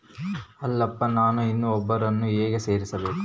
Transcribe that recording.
ಅಲ್ಲಪ್ಪ ನಾನು ಇನ್ನೂ ಒಬ್ಬರನ್ನ ಹೇಗೆ ಸೇರಿಸಬೇಕು?